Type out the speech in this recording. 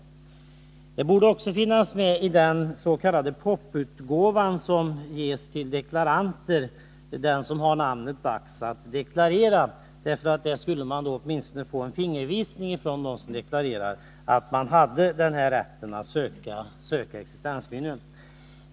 Informationen borde också finnas med i den s.k. poputgåvan till deklaranter, Dags att deklarera. På så sätt skulle de som deklarerar åtminstone få en fingervisning om reglernas existens.